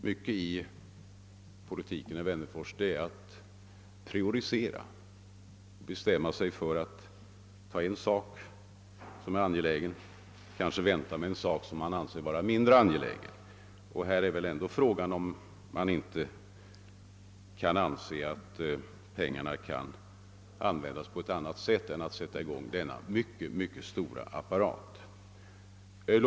Mycket i politiken består i att prioritera, herr Wennerfors, alltså att bestämma sig för att genomföra en angelägen sak och vänta med en annan, som man anser vara mindre angelägen. Och här är det fråga om huruvida vi inte kan använda pengarna på bättre sätt än att sätta i gång den mycket stora apparat som herr Wennerfors föreslår.